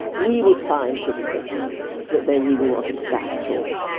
we would find pretty quickly that there really wasn't a gap at all.